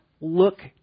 look